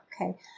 okay